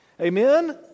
Amen